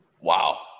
wow